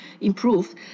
improved